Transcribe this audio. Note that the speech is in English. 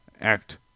act